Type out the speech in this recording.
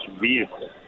vehicle